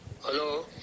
Hello